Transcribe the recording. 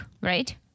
right